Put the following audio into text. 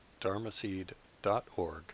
dharmaseed.org